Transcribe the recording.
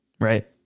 right